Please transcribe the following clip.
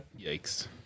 Yikes